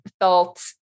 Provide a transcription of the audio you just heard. felt